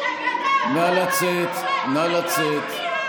אתה גנב, רמאי, נוכל, נא לצאת.